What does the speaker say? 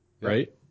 right